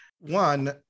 one